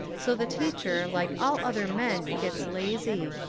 so the teacher, like all other men, gets lazy.